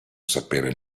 sapere